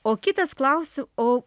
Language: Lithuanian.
o kitas klaus o